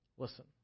Listen